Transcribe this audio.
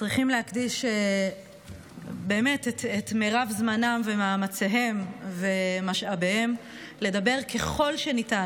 צריכים להקדיש את מרב זמנם ומאמציהם ומשאביהם לדבר ככל שניתן